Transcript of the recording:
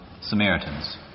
Samaritans